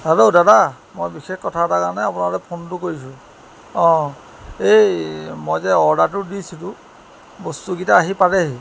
hello দাদা মই বিশেষ কথা এটাৰ কাৰণে আপোনালৈ ফোনতো কৰিছোঁ অঁ এই মই যে অৰ্ডাৰটো দিছিলোঁ বস্তুকেইটা আহি পালেহি